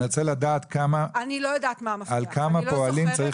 אני רוצה לדעת על כמה פועלים צריך